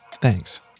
Thanks